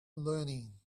learning